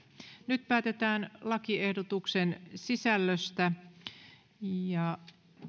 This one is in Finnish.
nyt päätetään lakiehdotuksen sisällöstä